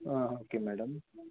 okay madam